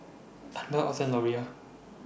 Anna Otha Loria